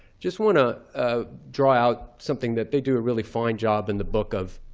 just want to ah draw out something that they do a really fine job in the book of,